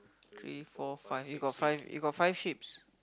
three four five you got five you got five Sheeps